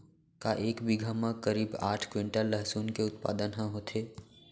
का एक बीघा म करीब आठ क्विंटल लहसुन के उत्पादन ह होथे?